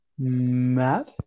Matt